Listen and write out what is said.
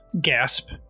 Gasp